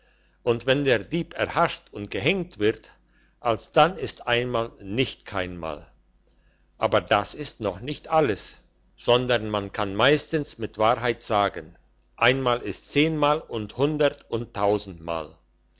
und wenn der dieb erhascht und gehenkt wird alsdann ist einmal nicht keinmal aber das ist noch nicht alles sondern man kann meistens mit wahrheit sagen einmal ist zehnmal und hundert und